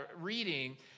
reading